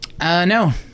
No